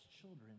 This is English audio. children